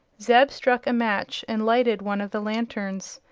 zeb struck a match and lighted one of the lanterns.